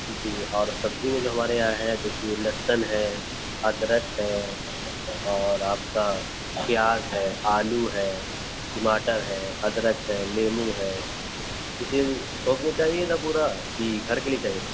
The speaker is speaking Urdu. جی اور سبزی میں جو ہمارے یہاں ہے دیکھیے لحسن ہے ادرک ہے اور آپ کا پیاز ہے آلو ہے ٹماٹر ہے ادرک ہے لیموں ہے کسی تھوک میں چاہیے تھا پورا کہ گھر کے لیے چاہیے تھا